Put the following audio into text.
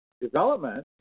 development